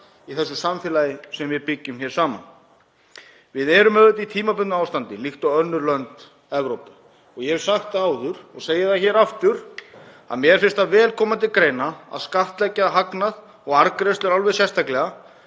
í þessu samfélagi sem við byggjum hér saman. Við erum auðvitað í tímabundnu ástandi, líkt og önnur lönd Evrópu og ég hef sagt það áður og segi það aftur að mér finnst það vel koma til greina að skattleggja hagnað og arðgreiðslur alveg sérstaklega,